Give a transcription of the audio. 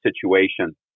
situation